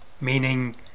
meaning